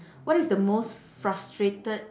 what is the most frustrated